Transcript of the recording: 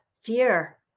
fear